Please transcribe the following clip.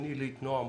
דבריו.